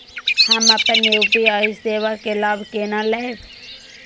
हम अपन यू.पी.आई सेवा के लाभ केना लैब?